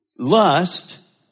Lust